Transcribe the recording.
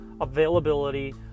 availability